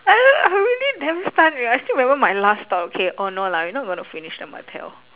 I I really damn stunned I still remember my last thought okay oh no lah we not gonna finish the martell